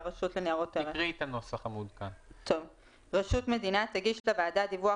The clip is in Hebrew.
הרשות לניירות ערך: "רשות מדינה תגיש לוועדה דיווח